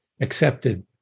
accepted